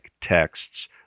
texts